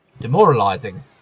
demoralizing